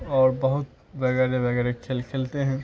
اور بہت وغیرہ وغیرہ کھیل کھیلتے ہیں